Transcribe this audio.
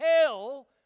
hell